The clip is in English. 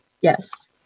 Yes